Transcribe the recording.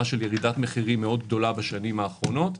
של ירידת מחירים גדולה מאוד בשנים האחרונות,